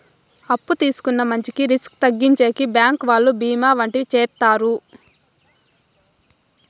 అప్పు తీసుకున్న మంచికి రిస్క్ తగ్గించేకి బ్యాంకు వాళ్ళు బీమా వంటివి చేత్తారు